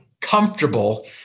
comfortable